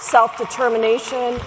self-determination